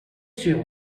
sur